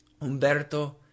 Umberto